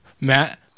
Matt